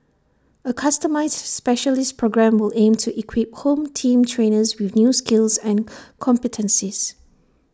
A customised specialist programme will aim to equip home team trainers with new skills and competencies